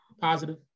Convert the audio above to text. Positive